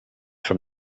from